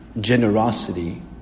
generosity